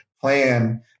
plan